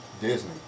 Disney